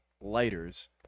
lighters